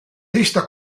lista